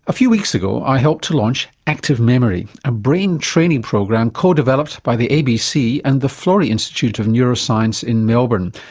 a few weeks ago i helped to launch active memory, a brain training program codeveloped by the abc and the florey institute of neuroscience in melbourne,